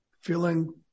feeling